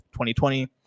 2020